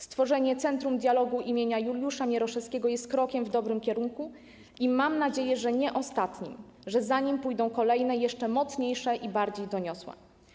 Stworzenie Centrum Dialogu im. Juliusza Mieroszewskiego jest krokiem w dobrym kierunku i mam nadzieję, że nie ostatnim, że za nim pójdą kolejne, jeszcze mocniejsze i bardziej doniosłe.